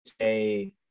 say